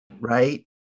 right